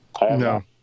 No